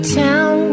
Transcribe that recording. town